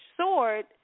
sword